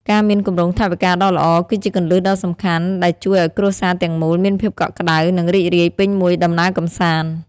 ការមានគម្រោងថវិកាដ៏ល្អ គឺជាគន្លឹះដ៏សំខាន់ដែលជួយឱ្យគ្រួសារទាំងមូលមានភាពកក់ក្តៅ និងរីករាយពេញមួយដំណើរកម្សាន្ត។